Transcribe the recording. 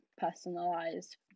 personalized